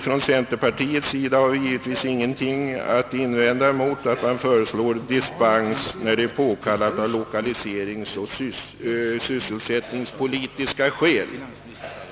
Från centerpartiets sida har vi givetvis ingenting att invända mot att dispens medges där detta är påkallat av lokaliseringseller sysselsättningspolitiska skäl.